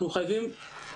אנחנו חייבים..